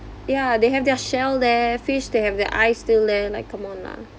ya they have their shell there fish they have their eyes still there like come on lah